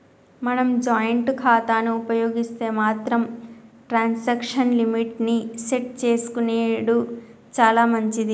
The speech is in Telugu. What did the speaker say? మనం జాయింట్ ఖాతాను ఉపయోగిస్తే మాత్రం ట్రాన్సాక్షన్ లిమిట్ ని సెట్ చేసుకునెడు చాలా మంచిది